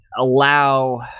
allow